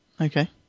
Okay